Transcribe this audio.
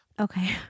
Okay